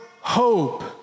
hope